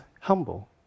humble